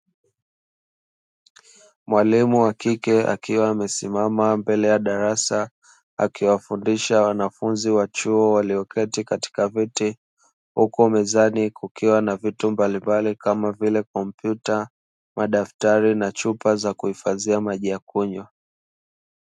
Mwalimu wa kike akiwa amesimama mbele ya darasa akiwafundisha wanafunzi wa chuo walioketi katika viti huku mezani kukiwa na vitu mbalimbali kama vile kompyuta, madaktari na chupa za kuhifadhia maji ya kunywa.